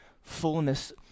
fullness